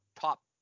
top